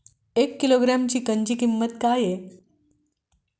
एक किलोग्रॅम चिकनची किंमत काय आहे?